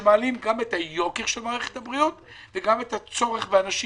שמעלים גם את היוקר של מערכת הבריאות וגם את הצורך באנשים.